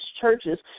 churches